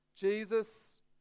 Jesus